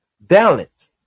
balance